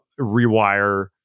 rewire